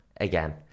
again